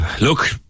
Look